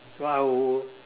but I will